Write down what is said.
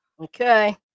Okay